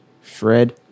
Fred